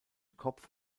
kopf